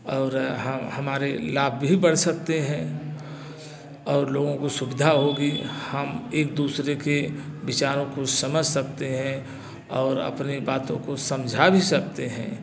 और हमारे लाभ भी बढ़ सकते हैं और लोगों को सुविधा होगी हम एक दूसरे के विचारों को समझ सकते हैं और अपने बातों को समझा भी सकते हैं